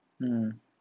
mm